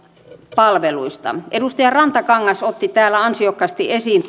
palveluista edustaja rantakangas otti täällä ansiokkaasti esiin